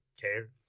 care